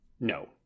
No